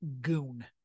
goon